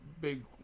big